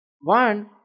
One